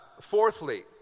fourthly